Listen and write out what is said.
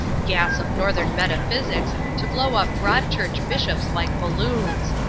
gas of northern metaphysics to blow up broad church bishops like balloons.